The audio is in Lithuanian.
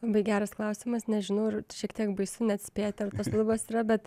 labai geras klausimas nežinau ir šiek tiek baisu net spėti ar tos lubos yra bet